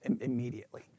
immediately